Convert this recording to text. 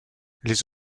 les